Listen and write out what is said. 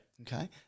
Okay